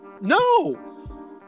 No